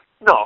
No